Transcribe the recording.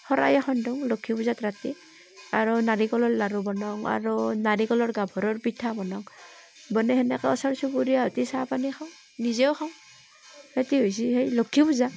শৰাই এখন দিওঁ লক্ষী পূজাত ৰাতি আৰু নাৰিকলৰ লাড়ু বনাওঁ আৰু নাৰিকলৰ গাভৰুৰ পিঠা বনাওঁ বনাই সেনেকৈও ওচৰ চুবুৰীয়াৰ সৈতে চাহপানী খাওঁ নিজেও খাওঁ সেইটো হৈছে সেই লক্ষী পূজা